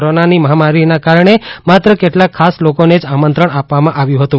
કોરોનાની મહામારીને કારણે માત્ર કેટલા ખાસ લોકોને જ આમંત્રણ આપવામાં આવ્યું હતું